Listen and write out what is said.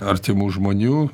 artimų žmonių